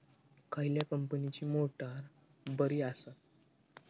खयल्या कंपनीची मोटार बरी असता?